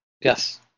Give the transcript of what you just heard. Yes